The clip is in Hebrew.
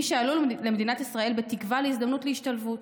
מי שעלו למדינת ישראל בתקווה להזדמנות להשתלבות,